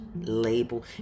label